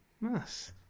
Mass